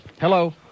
Hello